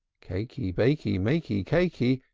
caky, baky, maky, caky,